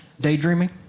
daydreaming